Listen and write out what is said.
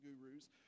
gurus